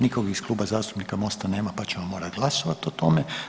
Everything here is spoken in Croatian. Nikog iz Kluba zastupnika MOST-a nema pa ćemo morati glasovati o tome.